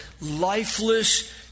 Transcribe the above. lifeless